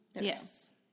Yes